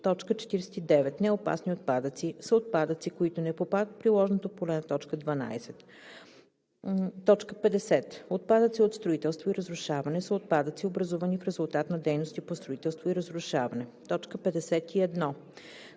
– 51: „49. „Неопасни отпадъци“ са отпадъци, които не попадат в приложното поле на т. 12. 50. „Отпадъци от строителство и разрушаване“ са отпадъци, образувани в резултат на дейности по строителство и разрушаване. 51.